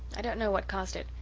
i don't know what caused it.